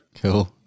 Cool